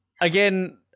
Again